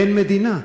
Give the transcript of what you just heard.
אין מדינה.